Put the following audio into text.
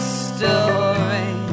story